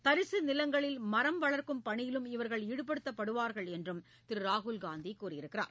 தரிசு நிலங்களில் மரம் வளர்க்கும் பணியிலும் இவர்கள் ஈடுபடுத்தப்படுவார்கள் என்று திரு ராகுல்காந்தி தெரிவித்துள்ளார்